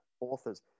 authors